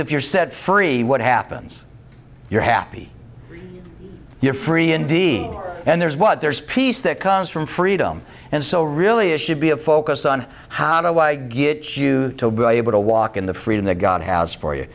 if you're set free what happens if you're happy you're free indeed and there's what there's peace that comes from freedom and so really it should be a focus on how to get you to be able to walk in the freedom that god has for you